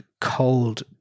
cold